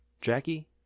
Jackie